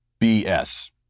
BS